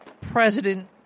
president